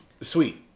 sweet